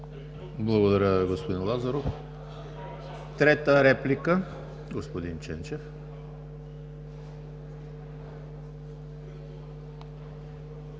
Благодаря, господин Лазаров. Трета реплика – господин Ченчев.